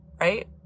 right